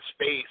space